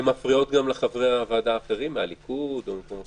והן מפריעות גם לחברי הוועדה האחרים מהליכוד או ממקומות אחרים?